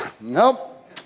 nope